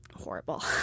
horrible